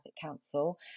Council